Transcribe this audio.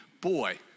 Boy